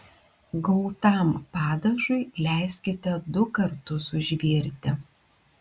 gautam padažui leiskite du kartus užvirti